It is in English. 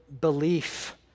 belief